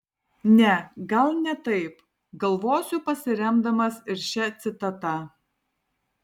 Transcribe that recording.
ne gal ne taip galvosiu pasiremdamas ir šia citata